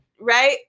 Right